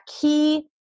key